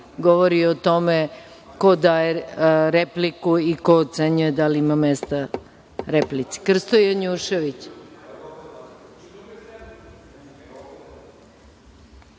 govori o tome ko daje repliku i ko ocenjuje da li ima mesta replici. Reč ima Krsto Janjušević.